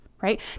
right